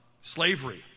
Slavery